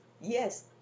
Yes